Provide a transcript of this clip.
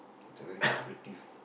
they very cooperative